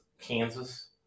Kansas